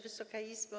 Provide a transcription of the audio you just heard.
Wysoka Izbo!